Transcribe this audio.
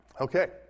Okay